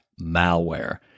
malware